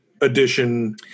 Edition